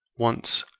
once,